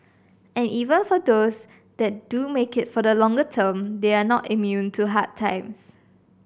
and even for those that do make it for the longer term they are not immune to hard times